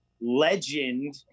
legend